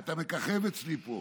אתה מככב אצלי פה.